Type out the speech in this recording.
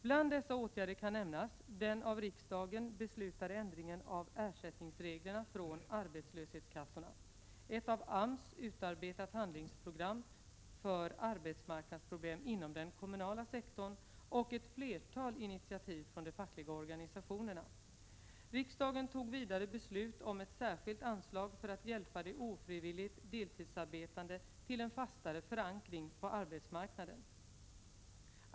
Bland dessa åtgärder kan nämnas den av riksdagen beslutade ändringen av reglerna för ersättning från arbetslöshetskassorna, ett av AMS utarbetat handlingsprogram för arbetsmarknadsproblem inom den kommunala sektorn och ett flertal initiativ från de fackliga organisationerna. Riksdagen tog vidare beslut om ett särskilt anslag för att hjälpa de ofrivilligt deltidsarbetande till en fastare förankring på arbetsmarknaden.